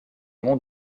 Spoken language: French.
mon